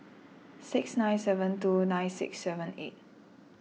six nine seven two nine six seven eight